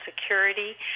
security